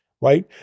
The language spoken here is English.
Right